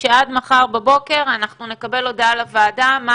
שעד מחר בבוקר אנחנו נקבל הודעה לוועדה מה